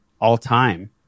all-time